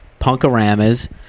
Punkaramas